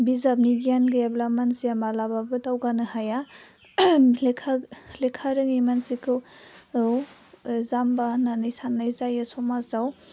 बिजाबनि गियान गैयाब्ला मानसिया मालाबाबो दावगानो हाया लेखा रोङि मानसिखौ औ ओह जाम्बा होनानै सान्नाय जायो समाजाव